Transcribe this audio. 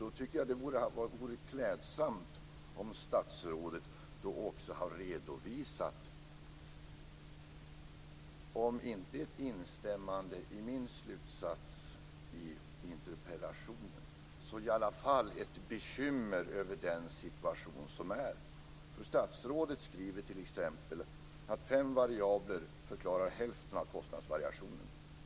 Då tycker jag att det vore klädsamt om statsrådet också redovisar, om inte ett instämmande i min slutsats i interpellationen så i alla fall ett bekymmer över den situation som råder. Statsrådet skriver t.ex. att fem variabler förklarar hälften av kostnadsvariationerna.